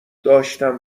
داشتم